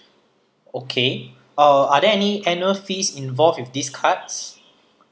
okay uh are there any annual fees involved with these cards